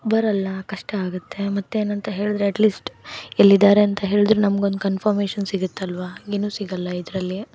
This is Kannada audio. ಬರಲ್ಲ ಕಷ್ಟ ಆಗುತ್ತೆ ಮತ್ತೇನಂತ ಹೇಳಿದ್ರೆ ಅಟ್ ಲೀಸ್ಟ್ ಎಲ್ಲಿದ್ದಾರೆ ಅಂತ ಹೇಳಿದ್ರೆ ನಮ್ಗೆ ಒಂದು ಕನ್ಫಮೇಶನ್ ಸಿಗುತ್ತಲ್ವಾ ಏನೂ ಸಿಗಲ್ಲ ಇದರಲ್ಲಿ